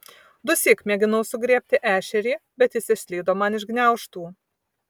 dusyk mėginau sugriebti ešerį bet jis išslydo man iš gniaužtų